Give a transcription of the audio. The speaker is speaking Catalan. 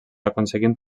aconseguint